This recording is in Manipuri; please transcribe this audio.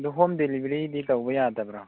ꯑꯗꯨ ꯍꯣꯝ ꯗꯦꯂꯤꯚꯔꯤꯗꯤ ꯇꯧꯕ ꯌꯥꯗꯕ꯭ꯔꯣ